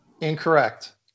Incorrect